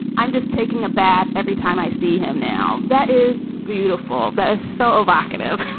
i'm just taking a bath every time i see him now. that is beautiful that is so evocative